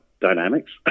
dynamics